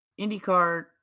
IndyCar